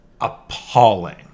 appalling